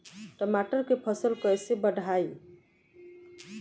टमाटर के फ़सल कैसे बढ़ाई?